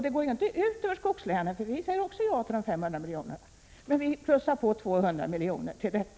Det går inte ut över skogslänen, för vi säger också ja till de 500 miljonerna. Men vi plussar på 200 miljoner på denna summa.